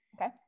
Okay